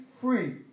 free